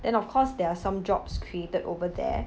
then of course there are some jobs created over there